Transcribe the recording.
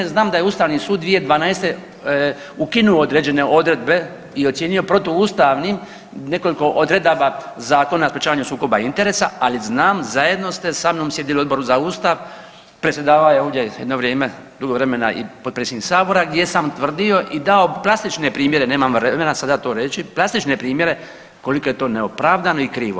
Znam da je Ustavni sud 2012. ukinuo određene odredbe i ocijenio protuustavnim nekoliko odredaba Zakona o sprečavanju sukoba interesa, ali znam zajedno ste sa mnom sjedili u Odboru za Ustav predsjedavao je ovdje jedno vrijeme dugo vremena i potpredsjednik Sabora gdje sam tvrdio i dao plastične primjere, nemam vremena sada to reći, plastične primjere koliko je to neopravdano i krivo.